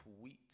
sweet